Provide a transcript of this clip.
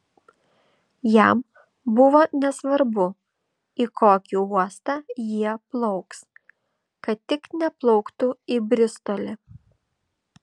jam buvo nesvarbu į kokį uostą jie plauks kad tik neplauktų į bristolį